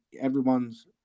everyone's